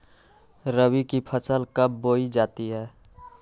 रबी की फसल कब बोई जाती है?